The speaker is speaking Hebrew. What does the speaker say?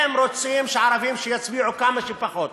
הם רוצים שהערבים יצביעו כמה שפחות.